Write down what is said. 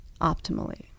optimally